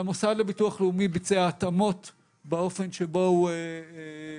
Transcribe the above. והמוסד לביטוח לאומי ביצע התאמות באופן שבו הוא מטפל